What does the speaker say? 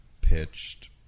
pitched